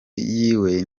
yiwe